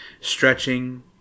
stretching